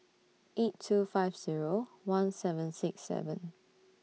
eight two five Zero one seven six seven